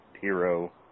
hero